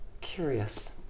Curious